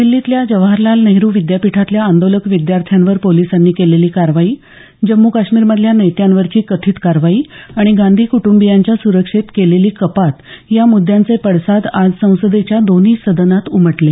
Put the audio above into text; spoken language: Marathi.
दिल्लीतल्या जवाहरलाल नेहरु विद्यापीठातल्या आंदोलक विद्यार्थ्यांवर पोलिसांनी केलेली कारवाई जम्मू काश्मीरमधल्या नेत्यांवरची कथित कारवाई आणि गांधी कूटंबीयांच्या सुरक्षेत केलेली कपात या मुद्यांचे पडसाद आज संसदेच्या दोन्ही सदनात उमटले